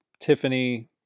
Tiffany